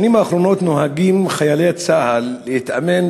בשנים האחרונות נוהגים חיילי צה"ל להתאמן